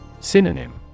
Synonym